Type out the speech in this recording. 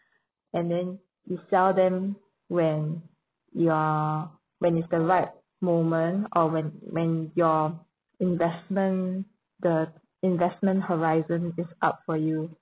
and then you sell them when you are when is the right moment or when when your investment the investment horizon is up for you